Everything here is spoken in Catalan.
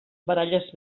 baralles